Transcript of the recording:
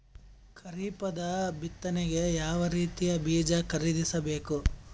ಖರೀಪದ ಬಿತ್ತನೆಗೆ ಯಾವ್ ರೀತಿಯ ಬೀಜ ಖರೀದಿಸ ಬೇಕು?